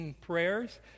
prayers